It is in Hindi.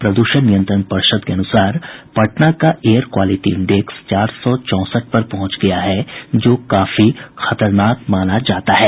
प्रदूषण नियंत्रण पर्षद के अनुसार पटना का एयर क्वालिटी इंडेक्स चार सौ चौंसठ पर पहुंच गया है जो काफी खतरनाक माना जाता है